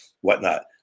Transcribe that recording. whatnot